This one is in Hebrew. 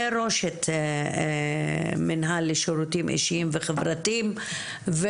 וראשת מינהל לשירותים אישיים וחברתיים,